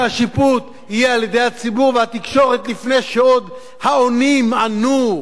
שהשיפוט יהיה על-ידי הציבור והתקשורת עוד לפני שהעונים ענו,